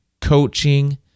coaching